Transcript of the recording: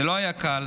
זה לא היה קל,